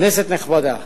כנסת נכבדה,